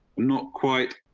not quite.